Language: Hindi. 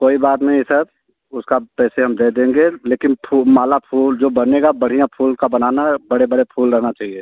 कोई बात नहीं है सर उसका पैसे हम दे देंगे लेकिन माला फूल जो बनेगा बढ़िया फूल का बनाना बड़े बड़े फूल रहना चाहिए